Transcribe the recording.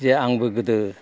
जे आंबो गोदो